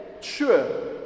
sure